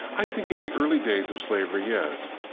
i think in the early days of slavery, yes.